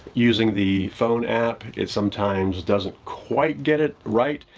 using the phone app, it sometimes doesn't quite get it right.